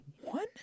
one